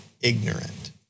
ignorant